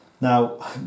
Now